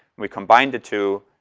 we combine the two,